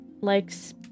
likes